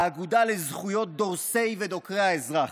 האגודה לזכויות דורסי ודוקרי האזרח.